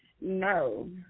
no